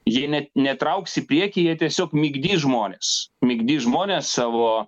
jei net netrauks į priekį jie tiesiog migdys žmones migdys žmones savo